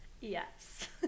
Yes